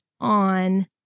on